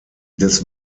des